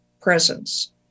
presence